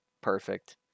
perfect